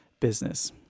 business